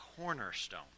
cornerstone